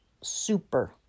super